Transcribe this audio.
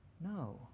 No